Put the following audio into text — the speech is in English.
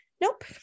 Nope